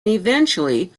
eventually